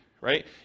right